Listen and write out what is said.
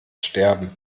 sterben